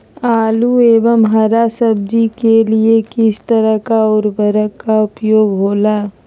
आलू एवं हरा सब्जी के लिए किस तरह का उर्वरक का उपयोग होला?